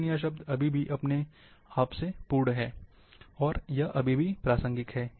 लेकिन यह शब्द अभी भी अपने आप से पूर्ण है और यह अभी भी प्रासंगिक है